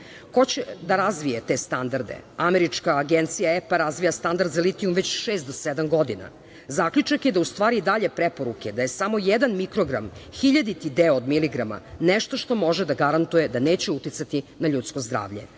Ko će da razvije te standarde? Američka Agencija EPA razvija standard za litijum već šest do sedam godina. Zaključak je da, u stvari dalje preporuke, je samo jedan mikrogram, hiljaditi deo od miligrama, nešto što može da garantuje da neće uticati na ljudsko zdravlje.